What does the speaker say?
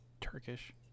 Turkish